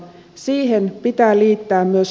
siihen pitää liittää myös